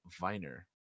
Viner